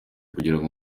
kugirango